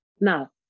now